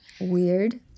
weird